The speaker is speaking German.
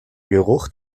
geruch